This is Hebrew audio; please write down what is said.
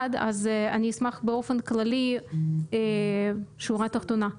אז אני אשמח באופן כללי לקבל שורה תחתונה.